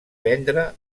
vendre